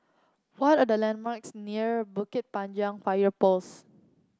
what are the landmarks near Bukit Panjang Fire Post